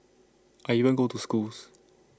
I even go to schools